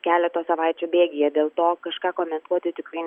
keleto savaičių bėgyje dėl to kažką komentuoti tikrai